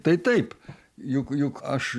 tai taip juk juk aš